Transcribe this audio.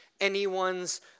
anyone's